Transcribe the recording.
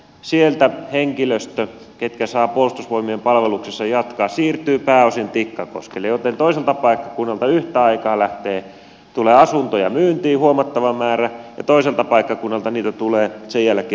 sieltä henkilöstö ketkä saavat puolustusvoimien palveluksessa jatkaa siirtyy pääosin tikkakoskelle joten toiselta paikkakunnalta yhtä aikaa tulee asuntoja myyntiin huomattava määrä ja toiselta paikkakunnalta niitä sen jälkeen ostetaan